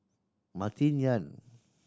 Martin Yan